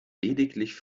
lediglich